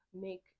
make